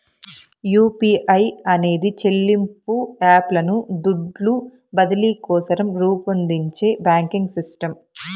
UPI అనేది చెల్లింపు app లను దుడ్లు బదిలీ కోసరం రూపొందించే బాంకింగ్ సిస్టమ్